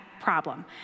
problem